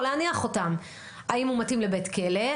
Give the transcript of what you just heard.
להניח אותם: האם הוא מתאים לבית כלא,